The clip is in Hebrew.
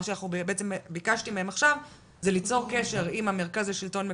מה שלמעשה ביקשתי מהם עכשיו זה ליצור קשר עם המרכז לשלטון מקומי,